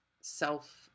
self